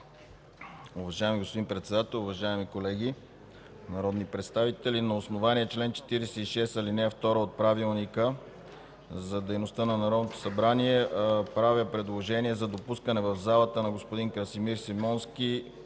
Уважаеми господин Председател, уважаеми колеги народни представители! На основание чл. 46, ал. 2 от Правилника за организацията и дейността на Народното събрание правя предложение за допускане в пленарната зала на господин Красимир Симонски